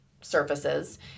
surfaces